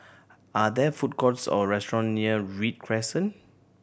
are there food courts or restaurant near Read Crescent